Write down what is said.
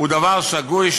הוא דבר שגוי,